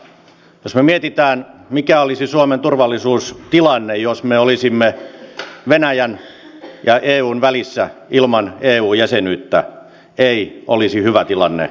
jos me mietimme mikä olisi suomen turvallisuustilanne jos me olisimme venäjän ja eun välissä ilman eu jäsenyyttä ei olisi hyvä tilanne